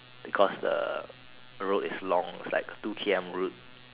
because the road is long is like a two K_M route